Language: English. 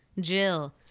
Jill